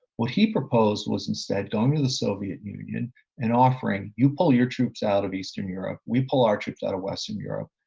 what he proposed was instead going to the soviet union and offering, you pull your troops out of eastern europe, we pull our troops out of western europe,